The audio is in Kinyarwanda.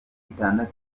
itandatu